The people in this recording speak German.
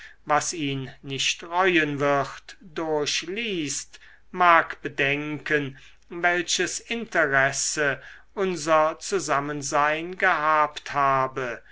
was ihn nicht reuen wird durchliest mag bedenken welches interesse unser zusammensein gehabt habe